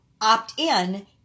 opt-in